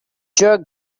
jerk